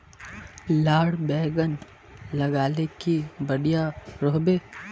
लार बैगन लगाले की बढ़िया रोहबे?